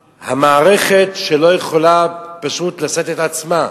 המערכת, שלא יכולה פשוט לשאת את עצמה.